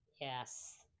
Yes